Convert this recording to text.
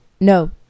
No